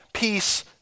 Peace